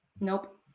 Nope